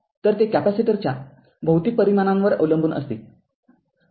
तर ते कॅपेसिटरच्या भौतिक परिमाणांवर अवलंबून असते